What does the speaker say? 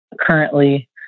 currently